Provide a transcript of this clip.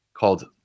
called